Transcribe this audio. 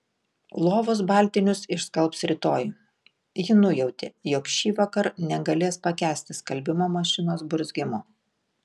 lovos baltinius išskalbs rytoj ji nujautė jog šįvakar negalės pakęsti skalbimo mašinos burzgimo